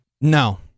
No